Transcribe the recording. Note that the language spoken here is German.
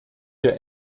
wir